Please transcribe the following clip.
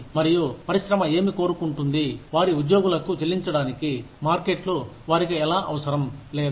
మరియు పరిశ్రమ ఏమి కోరుకుంటుంది వారి ఉద్యోగులకు చెల్లించడానికి మార్కెట్లు వారికి ఎలా అవసరం లేదా